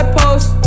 post